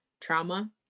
trauma